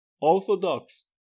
Orthodox